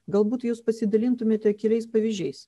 galbūt jūs pasidalintumėte keliais pavyzdžiais